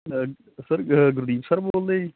sir Gurdeep sir ਬੋਲਦੇ ਜੀ